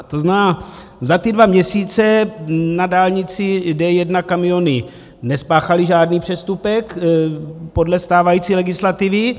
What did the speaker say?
To znamená, za ty dva měsíce na dálnici D1 kamiony nespáchaly žádný přestupek podle stávající legislativy.